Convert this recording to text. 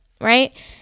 right